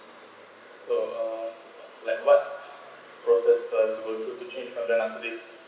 oh uh like what those the plan to go to change for that after this